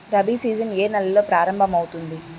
Rabi season ఏ నెలలో ప్రారంభమౌతుంది?